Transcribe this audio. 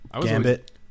Gambit